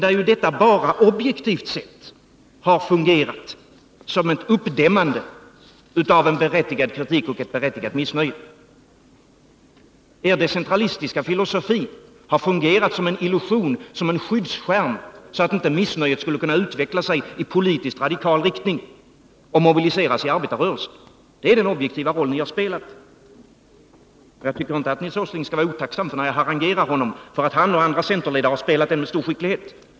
Men detta har ju objektivt sett bara fungerat som ett uppdämmande av en berättigad kritik och ett berättigat missnöje. Er decentralistiska filosofi har fungerat som en illusion, som en skyddsskärm, så att inte missnöjet skulle kunna utveckla sig i politiskt radikal riktning och mobiliseras i arbetarrörelsen. Det är den objektiva roll ni har spelat. Jag tycker inte att Nils Åsling skall vara otacksam när jag harangerar honom för att han och andra centerledare har spelat denna roll med stor skicklighet.